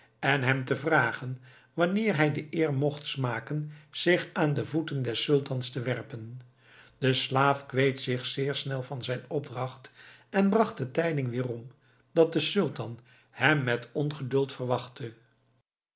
en hem te vragen wanneer hij de eer mocht smaken zich aan de voeten des sultans te werpen de slaaf kweet zich zeer snel van zijn opdracht en bracht de tijding weerom dat de sultan hem met ongeduld verwachtte